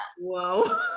Whoa